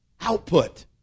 output